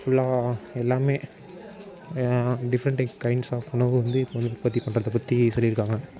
ஃபுல்லாக எல்லாம் different type kinds of உணவு வந்து இப்போது வந்து உற்பத்தி பண்றதை பற்றி சொல்லியிருக்காங்க